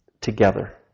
together